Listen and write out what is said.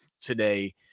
today